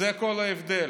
זה כל ההבדל.